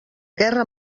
guerra